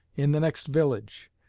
in the next village,